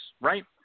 right